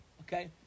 Okay